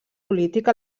polític